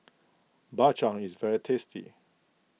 Bak Chang is very tasty